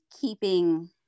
keeping